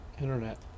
Internet